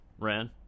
Ran